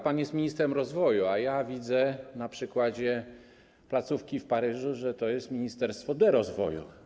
Pan jest ministrem rozwoju, a ja widzę na przykładzie placówki w Paryżu, że to jest ministerstwo derozwoju.